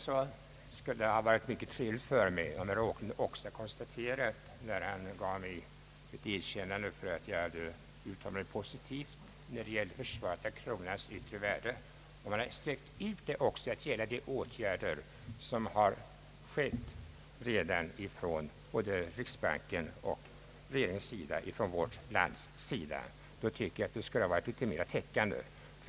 Det skulle ha varit mycket trevligt för mig om herr Åkerlund också, när han gav mig ett erkännande för att jag hade uttalat mig positivt vad gäller kronans yttre värde, sträckt ut detta erkännande till att gälla de åtgärder som vidtagits både från riksbankens och regeringens sida. Då skulle hans uttalande vara litet mer täckande.